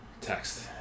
Text